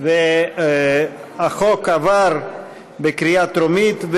החוק עבר בקריאה טרומית,